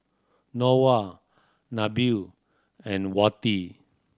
Noah Nabil and Wati